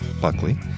Buckley